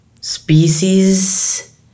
Species